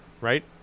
right